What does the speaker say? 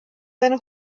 seine